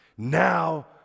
Now